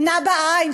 "נה" בעין,